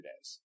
days